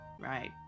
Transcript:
Right